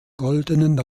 goldenen